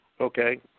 Okay